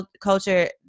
culture